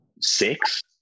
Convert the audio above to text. Six